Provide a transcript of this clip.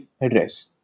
address